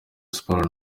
sports